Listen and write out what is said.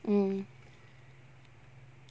mm